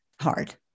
hard